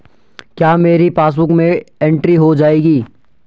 क्या मेरी पासबुक में एंट्री हो जाएगी?